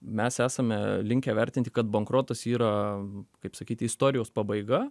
mes esame linkę vertinti kad bankrotas yra kaip sakyt istorijos pabaiga